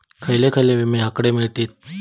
खयले खयले विमे हकडे मिळतीत?